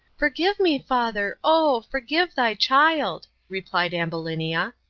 forgive me, father, oh! forgive thy child, replied ambulinia.